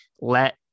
let